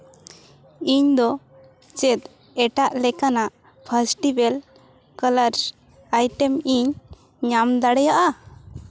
ᱤᱧᱫᱚ ᱪᱮᱫ ᱮᱴᱟᱜ ᱞᱮᱠᱟᱱᱟᱜ ᱯᱷᱮᱥᱴᱤᱵᱮᱞ ᱠᱟᱞᱟᱨ ᱟᱭᱴᱮᱢ ᱤᱧ ᱧᱟᱢ ᱫᱟᱲᱮᱭᱟᱜᱼᱟ